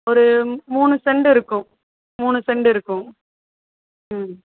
ஒரு மூனு சென்ட் இருக்கும் மூணு சென்ட் இருக்கும் ம்